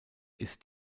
ist